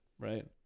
right